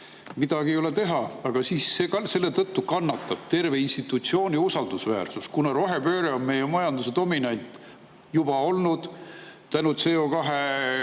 midagi ei ole teha. Aga selle tõttu kannatab terve institutsiooni usaldusväärsus, kuna rohepööre on meie majanduse dominant CO2hindade tõusu